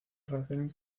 relacionan